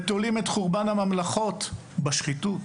ותולים את חורבן הממלכות השונות בשחיתות.